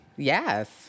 Yes